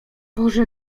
boże